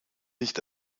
nicht